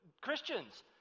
Christians